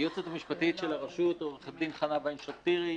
היועצת המשפטית של הרשות, עו"ד חנה וינשטוק טירי,